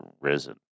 risen